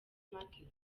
market